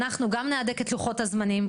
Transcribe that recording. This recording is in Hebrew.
אנחנו נהדק את לוחות הזמנים,